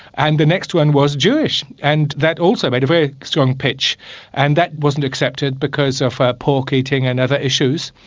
and the next one was jewish and that also made a very strong pitch and that wasn't accepted because of pork eating and other issues.